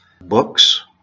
books